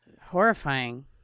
horrifying